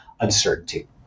uncertainty